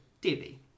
Debbie